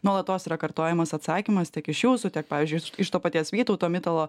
nuolatos yra kartojamas atsakymas tiek iš jūsų tiek pavyzdžiui iš to paties vytauto mitalo